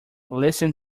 listen